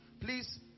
please